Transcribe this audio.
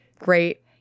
great